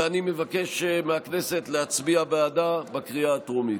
ואני מבקש מהכנסת להצביע בעדה בקריאה הטרומית.